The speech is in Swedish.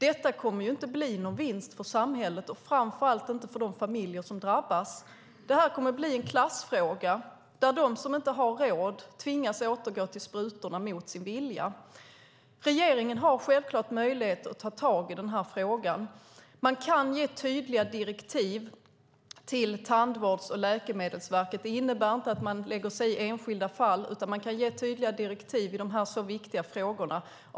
Detta kommer inte att bli någon vinst för samhället och framför allt inte för de familjer som drabbas. Det här kommer att bli en klassfråga där de som inte har råd tvingas återgå till sprutorna mot sin vilja. Regeringen har självklart möjlighet att ta tag i den här frågan. Man kan ge tydliga direktiv till Tandvårds och läkemedelförmånssverket. Det innebär inte att man lägger sig i enskilda fall, utan man kan ge tydliga direktiv i de här så viktiga frågorna.